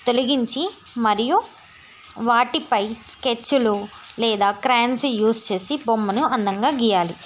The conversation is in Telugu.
తొలగించి మరియు వాటిపై స్కెచ్లు లేదా క్రేయాన్స్ని యూజ్ చేసి బొమ్మను అందంగా గీయాలి